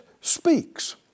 speaks